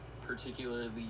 particularly